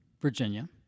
Virginia